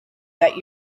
that